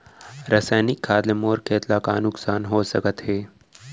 रसायनिक खाद ले मोर खेत ला का नुकसान हो सकत हे?